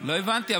לא הבנתי.